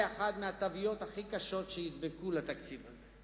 אחת מהתוויות הכי קשות שידבקו לתקציב הזה.